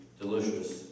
delicious